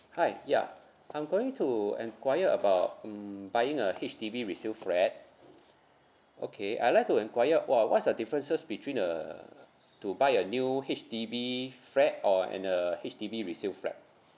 hi yeah I'm going to enquire about mm buying a H_D_B resale flat okay I'd like to enquire wha~ what's the differences between a to buy a new H_D_B flat or and a H_D_B resale flat